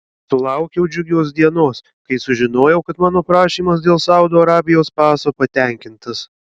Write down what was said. sulaukiau džiugios dienos kai sužinojau kad mano prašymas dėl saudo arabijos paso patenkintas